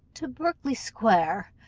to berkley-square.